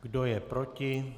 Kdo je proti?